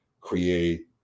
create